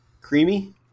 creamy